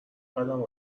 قدم